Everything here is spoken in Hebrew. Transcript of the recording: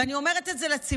ואני אומרת את זה לציבור,